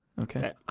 Okay